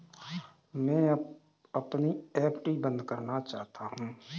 मैं अपनी एफ.डी बंद करना चाहता हूँ